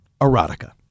erotica